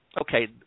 okay